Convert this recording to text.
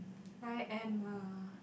I am a